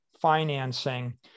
financing